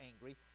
angry